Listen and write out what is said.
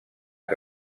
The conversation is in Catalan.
que